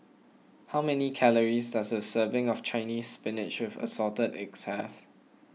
how many calories does a serving of Chinese Spinach with Assorted Eggs have